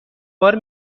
بار